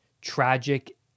tragic